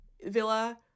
Villa